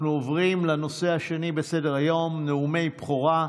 אנחנו עוברים לנושא השני בסדר-היום: נאומי בכורה.